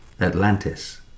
Atlantis